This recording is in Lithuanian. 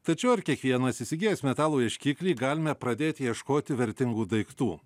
tačiau ar kiekvienas įsigijęs metalo ieškiklį galime pradėti ieškoti vertingų daiktų